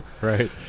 Right